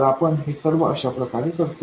तर आपण हे सर्व अशाप्रकारे करतो